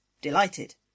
delighted